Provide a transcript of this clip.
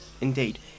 Indeed